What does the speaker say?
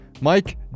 Mike